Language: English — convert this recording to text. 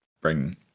bring